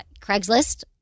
Craigslist